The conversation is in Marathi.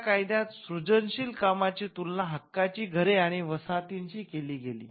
त्या कायद्यात सृजनशील कामाची तुलना हक्काची घरे आणि वसाहतींशी केली गेली